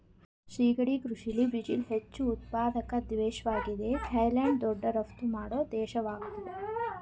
ಸಿಗಡಿ ಕೃಷಿಲಿ ಬ್ರಝಿಲ್ ಹೆಚ್ಚು ಉತ್ಪಾದಕ ದೇಶ್ವಾಗಿದೆ ಥೈಲ್ಯಾಂಡ್ ದೊಡ್ಡ ರಫ್ತು ಮಾಡೋ ದೇಶವಾಗಯ್ತೆ